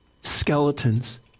skeletons